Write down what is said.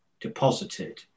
deposited